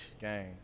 Game